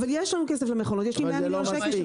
אבל יש לנו כסף למכונות, יש לי 100 מיליון שקל.